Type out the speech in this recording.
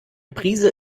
prise